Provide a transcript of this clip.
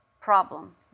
Problem